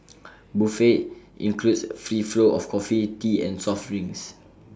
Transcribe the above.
buffet includes free flow of coffee tea and soft drinks